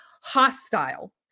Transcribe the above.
hostile